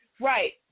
Right